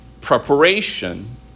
preparation